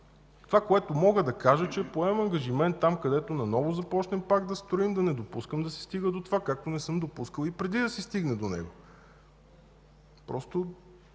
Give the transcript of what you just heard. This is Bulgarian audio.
Това, което мога да кажа, е, че поемам ангажимент там, където наново започнем пак да строим, да не допускам да се стига до това, както не съм допускал и преди да се стигне до него. Дефектът